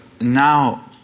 now